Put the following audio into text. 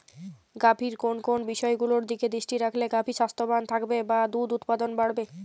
গাভীর কোন কোন বিষয়গুলোর দিকে দৃষ্টি রাখলে গাভী স্বাস্থ্যবান থাকবে বা দুধ উৎপাদন বাড়বে?